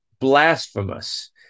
blasphemous